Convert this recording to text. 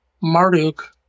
Marduk